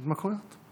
התמכרויות.